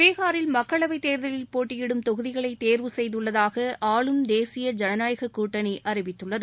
பீகாரில் மக்களவை தேர்தலில் போட்டியிடும் தொகுதிகளை தேர்வுசெய்துள்ளதாக ஆளும் தேசிய ஜனநாயக கூட்டணி அறிவித்துள்ளது